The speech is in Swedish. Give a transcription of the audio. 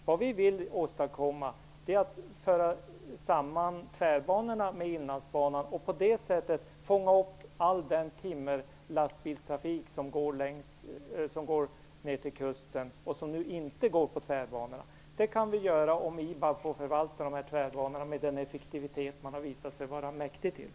Vad vi vill åstadkomma är att föra samman tvärbanorna med Inlandsbanan och på det sättet fånga upp all den timmerlast som går med lastbil ner till kusten, och som nu inte går på tvärbanorna. Det kan vi göra om IBAB får förvalta tvärbanorna med den effektivitet man har visat sig vara mäktig till.